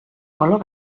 color